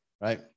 right